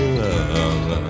love